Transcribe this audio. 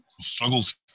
struggled